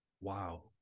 wow